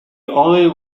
olive